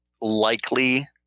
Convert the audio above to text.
likely